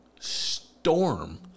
storm